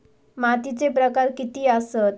मातीचे प्रकार किती आसत?